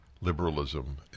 liberalism